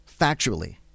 Factually